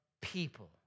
people